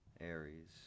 Aries